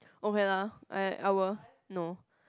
okay lah I I will no